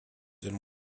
and